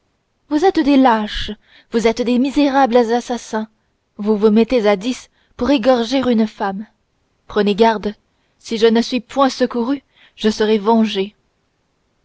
vous êtes des lâches vous êtes des misérables assassins vous vous mettez à dix pour égorger une femme prenez garde si je ne suis point secourue je serai vengée